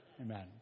Amen